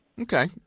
Okay